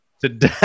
Today